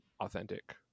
authentic